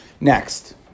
Next